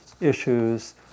issues